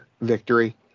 Victory